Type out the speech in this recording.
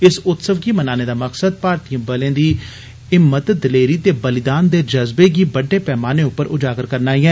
इस उत्सव गी मनानेदा मकसद भारतीय बलें दी हिम्मत दलेरी ते बलिदान दे जज्बे गी बड्डे पैमाने पर उजागर करना ऐ